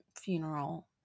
funeral